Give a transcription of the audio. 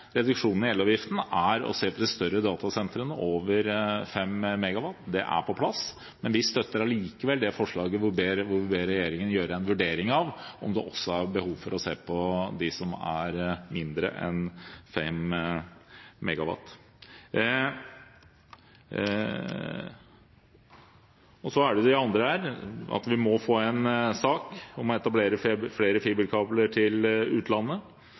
reduksjon i elavgiften, å se på de større datasentrene på over 5 MW. Det er på plass, men vi støtter likevel komiteens innstilling der man ber regjeringen gjøre en vurdering av om det også er behov for å se på dem som er mindre enn 5 MW, og der man ber om å få en sak om det å etablere flere fiberkabler til utlandet